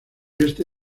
este